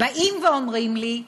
באים ואומרים לי: